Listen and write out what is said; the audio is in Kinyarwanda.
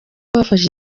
bafashe